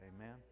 Amen